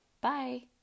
Bye